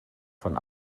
von